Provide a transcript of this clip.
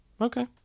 Okay